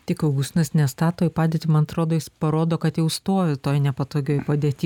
tik augustinas nestato į padėtį man atrodo jis parodo kad jau stovi toj nepatogioj padėty